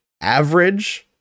average